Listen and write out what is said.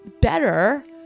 better